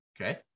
Okay